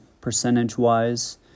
percentage-wise